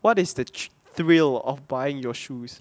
what is the thrill of buying your shoes